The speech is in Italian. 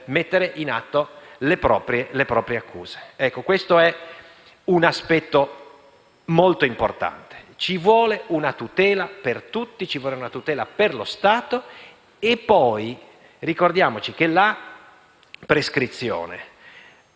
e poi ricordiamoci che la prescrizione